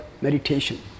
meditation